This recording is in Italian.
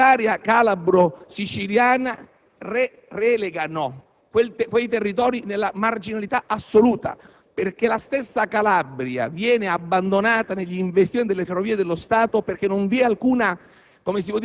dell'area calabro-siciliana, relegano quei territori nella marginalità assoluta. La stessa Calabria, infatti, viene abbandonata per gli investimenti delle Ferrovie dello Stato, perché non vi è alcuna